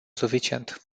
suficient